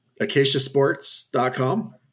Acaciasports.com